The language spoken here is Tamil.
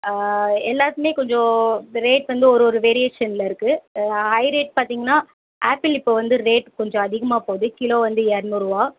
எல்லாத்துலையும் கொஞ்சம் ரேட் வந்து ஒருவொரு வேரியேஷனில் இருக்கு ஹை ரேட் பார்த்திங்கன்னா ஆப்பிள் இப்போ வந்து கொஞ்சம் அதிகமாக போகுது கிலோ வந்து இரநூறுவா